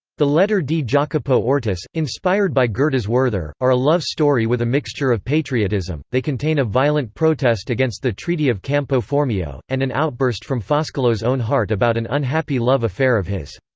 the lettere di jacopo ortis, inspired by goethe's werther, are a love story with a mixture of patriotism they contain a violent protest against the treaty of campo formio, and an outburst from foscolo's own heart about an unhappy love-affair of his.